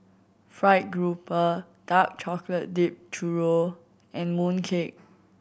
fried grouper dark chocolate dip churro and mooncake